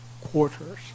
quarters